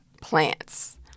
plants